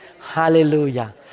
Hallelujah